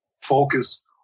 focus